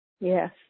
yes